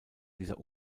dieser